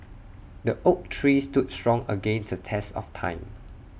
the oak tree stood strong against the test of time